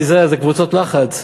תיזהר זה קבוצות לחץ,